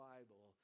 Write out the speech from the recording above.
Bible